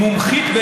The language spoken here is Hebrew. מומחית,